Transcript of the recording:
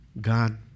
God